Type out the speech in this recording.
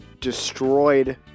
destroyed